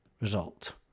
result